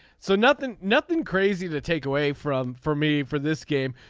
so nothing nothing crazy to take away from for me for this game.